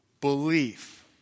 Belief